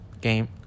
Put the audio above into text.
Game